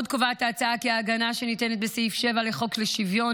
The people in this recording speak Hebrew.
עוד קובעת ההצעה כי ההגנה שניתנת בסעיף 7 לחוק שוויון